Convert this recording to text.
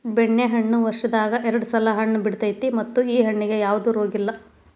ಬೆಣ್ಣೆಹಣ್ಣ ವರ್ಷದಾಗ ಎರ್ಡ್ ಸಲಾ ಹಣ್ಣ ಬಿಡತೈತಿ ಮತ್ತ ಈ ಹಣ್ಣಿಗೆ ಯಾವ್ದ ರೋಗಿಲ್ಲ